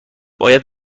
باید